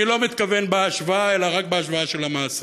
אני לא מתכוון בהשוואה, אלא רק בהשוואה של המעשה.